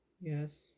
Yes